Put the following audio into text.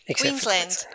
Queensland